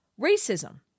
racism